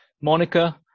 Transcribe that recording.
Monica